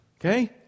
Okay